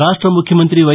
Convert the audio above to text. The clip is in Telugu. రాష్ట్ష ముఖ్యమంతి వై